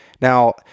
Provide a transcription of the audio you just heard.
now